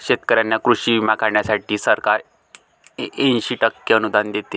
शेतकऱ्यांना कृषी विमा काढण्यासाठी सरकार ऐंशी टक्के अनुदान देते